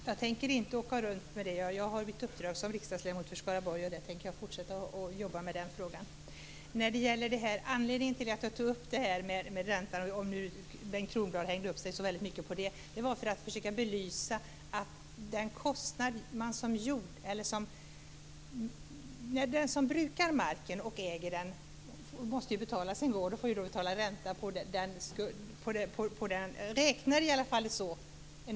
Herr talman! Jag tänker inte åka runt med Bengt Kronblad. Jag har mitt förtroendeuppdrag som riksdagsledamot från Skaraborg, och jag tänker fortsätta med det uppdraget. Anledningen till att jag gjorde en jämförelse mellan räntekostnad och arrendeavgift - Bengt Kronblad hängde upp sig på det - var att jag ville belysa kostnaden för den som brukar eller äger marken. Jag räknar i alla fall så.